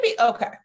Okay